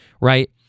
Right